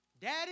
Daddy